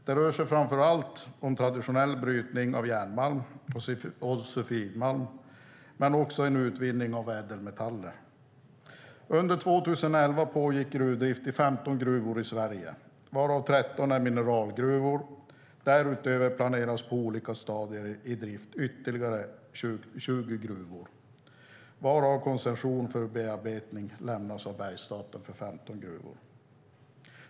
Det rör sig framför allt om traditionell brytning av järnmalm och sulfitmalm men också om en utvinning av ädelmetaller. Under 2011 pågick gruvdrift i 15 gruvor i Sverige varav 13 är mineralgruvor. Därutöver planeras på olika stadier av drift ytterligare 20 gruvor. Av dessa har koncession för bearbetning lämnats av Bergsstaten för 15 gruvor.